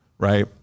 Right